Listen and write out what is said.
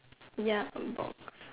ya